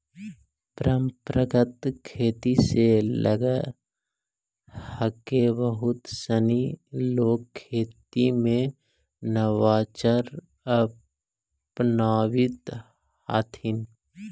परम्परागत खेती से अलग हटके बहुत सनी लोग खेती में नवाचार अपनावित हथिन